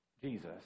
Jesus